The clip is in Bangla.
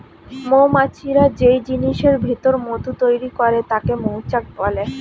মৌমাছিরা যেই জিনিসের ভিতর মধু তৈরি করে তাকে মৌচাক বলে